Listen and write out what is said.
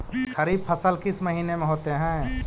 खरिफ फसल किस महीने में होते हैं?